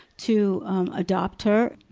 to adopt her.